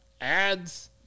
ads